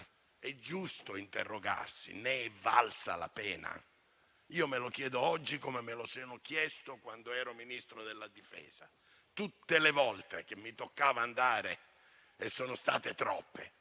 È giusto allora interrogarsi: ne è valsa la pena? Me lo chiedo oggi, come me lo sono chiesto quando ero Ministro della difesa. Tutte le volte che mi toccava andare all'aeroporto